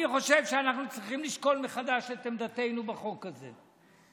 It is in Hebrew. אני חושב שאנחנו צריכים לשקול מחדש את עמדתנו בחוק הזה,